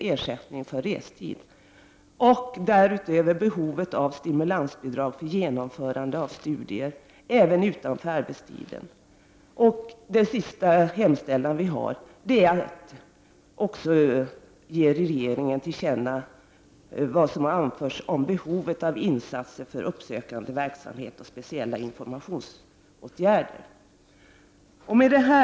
ersättning för restid, och för det tredje behovet av stimulansbidrag för genomförande av studier även utanför arbetstiden. För det fjärde hemställer vi att riksdagen som sin mening skall ge regeringen till känna vad som anförts om behovet av insatser för uppsökande verksamhet och speciella informationsåtgärder. Herr talman!